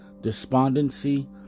despondency